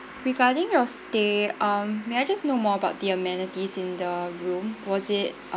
regarding your stay um may I just know more about the amenities in the room was it